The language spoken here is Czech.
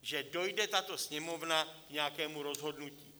Že dojde tato Sněmovna k nějakému rozhodnutí?